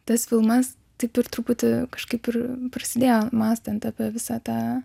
tas filmas taip ir truputį kažkaip ir prasidėjo mąstant apie visą tą